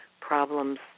problems